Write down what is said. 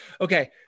Okay